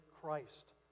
Christ